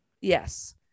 Yes